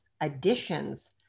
additions